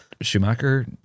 Schumacher